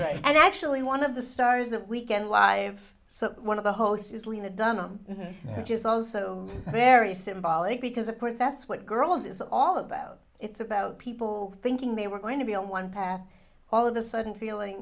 right and actually one of the stars that we can live so one of the hosts is lena dunham which is also very symbolic because of course that's what girls is all about it's about people thinking they were going to be on one path all of a sudden feeling